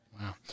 Wow